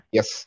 Yes